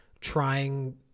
trying